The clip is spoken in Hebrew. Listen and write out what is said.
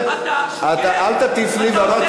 אינה נוכחת